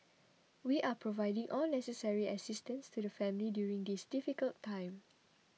we are providing all necessary assistance to the family during this difficult time